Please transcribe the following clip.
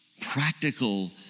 practical